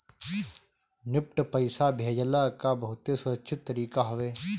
NEFT पईसा भेजला कअ बहुते सुरक्षित तरीका हवे